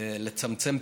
לצמצם פערים.